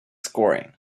scoring